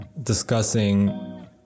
Discussing